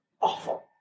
awful